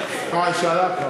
ששאלת,